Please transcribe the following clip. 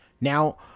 Now